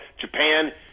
Japan